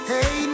Hey